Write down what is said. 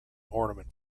ornament